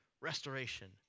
restoration